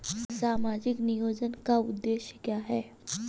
सामाजिक नियोजन का उद्देश्य क्या है?